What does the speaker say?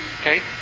okay